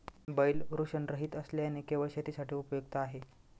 बैल वृषणरहित असल्याने केवळ शेतीसाठी उपयुक्त आहे